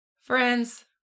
Friends